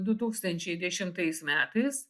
du tūkstančiai dešimtais metais